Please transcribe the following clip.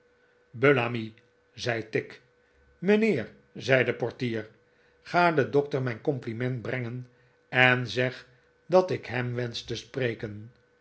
biillamy zei tigg mijnheer zei de portier ga den dokter mijn compliment brengen en zeg dat ik hem wensch te spreken